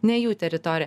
ne jų teritorija